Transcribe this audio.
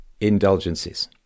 indulgences